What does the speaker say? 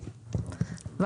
גל,